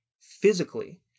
physically